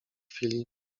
chwili